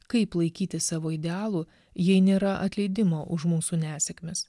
kaip laikytis savo idealų jei nėra atleidimo už mūsų nesėkmes